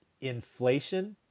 Inflation